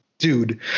Dude